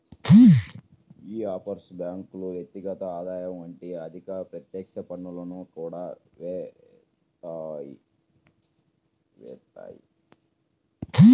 యీ ఆఫ్షోర్ బ్యేంకులు వ్యక్తిగత ఆదాయం వంటి అధిక ప్రత్యక్ష పన్నులను కూడా యేత్తాయి